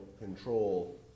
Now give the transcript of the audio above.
control